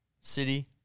city